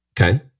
Okay